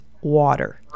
water